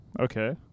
Okay